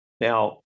Now